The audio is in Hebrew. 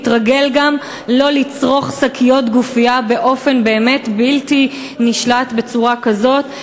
נתרגל גם לא לצרוך שקיות גופייה באופן באמת בלתי נשלט בצורה כזאת,